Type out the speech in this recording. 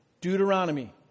Deuteronomy